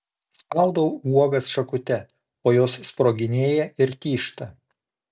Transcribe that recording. spaudau uogas šakute o jos sproginėja ir tyžta